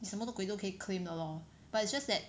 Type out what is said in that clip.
你什么鬼都可以 claim 的 lor but it's just that